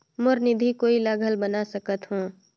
मोर निधि कोई ला घल बना सकत हो?